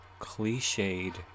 cliched